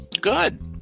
Good